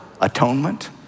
atonement